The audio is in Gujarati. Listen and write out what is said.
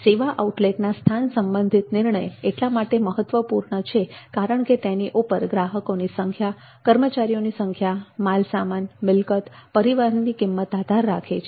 સેવા આઉટલેટના સ્થાન સંબંધિત નિર્ણય એટલા માટે મહત્વપૂર્ણ છે કારણ કે તેની ઉપર ગ્રાહકોની સંખ્યા કર્મચારીઓની સંખ્યા માલસામાન મિલકત અને પરિવહનની કિંમત આધાર રાખે છે